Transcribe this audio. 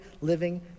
living